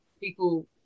people